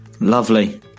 Lovely